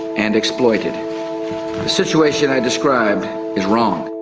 and exploited. the situation i describe is wrong.